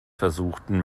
versuchten